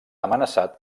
amenaçat